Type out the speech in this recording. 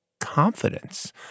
confidence